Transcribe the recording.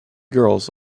girls